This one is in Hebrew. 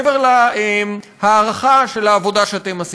מעבר להערכה של העבודה שאתם עשיתם?